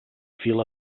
fil